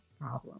problem